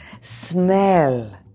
Smell